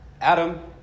Adam